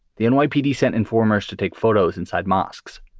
the nypd sent informers to take photos inside mosques.